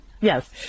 yes